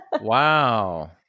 Wow